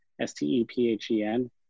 S-T-E-P-H-E-N